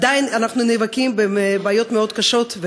עדיין אנחנו נאבקים עם בעיות מאוד קשות,